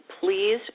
please